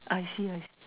I see I